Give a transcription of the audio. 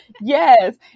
yes